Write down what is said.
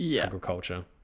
agriculture